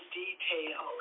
detail